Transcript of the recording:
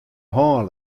hân